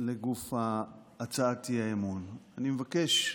ולגוף הצעת האי-אמון, אני מבקש,